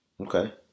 Okay